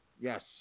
Yes